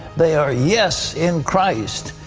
they are yes in christ.